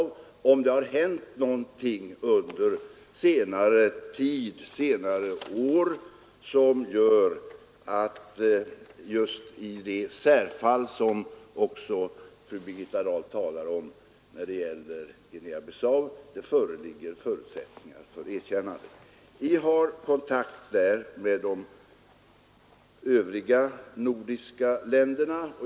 Vi försöker få fram om det hänt någonting under senare år som gör att det just i det särfall som Guinea-Bissau utgör föreligger förutsättningar för ett erkännande. Vi har därvidlag kontakter med de övriga nordiska länderna.